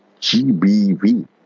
GBV